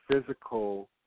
physical